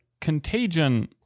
Contagion